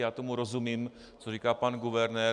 Já tomu rozumím, co říká pan guvernér.